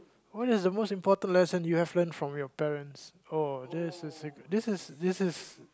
what is the most important lesson you have learn from your parents oh this is this is this is